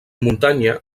muntanya